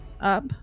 up